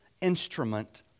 instrument